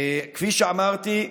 כפי שאמרתי,